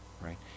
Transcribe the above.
right